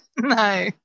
No